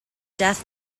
death